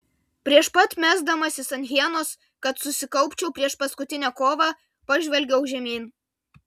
prieš pat mesdamasis ant hienos kad susikaupčiau prieš paskutinę kovą pažvelgiau žemyn